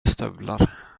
stövlar